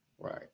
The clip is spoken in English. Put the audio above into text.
Right